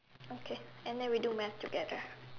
okay and then we do math together